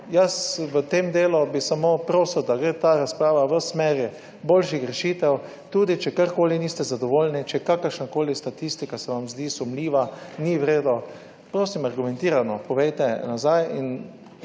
jaz v tem delu bi samo prosil, da gre ta razprava v smeri boljših rešitev, tudi če karkoli niste zadovoljni, če je kakršnakoli statistika, se vam zdi sumljiva, ni v redu, prosim, argumentirano povejte nazaj in